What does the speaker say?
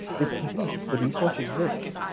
this continues, the resource exists,